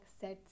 sets